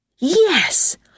Yes